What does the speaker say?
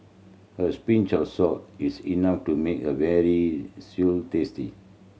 a pinch of salt is enough to make a veal stew tasty